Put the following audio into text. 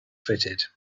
fitted